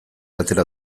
atera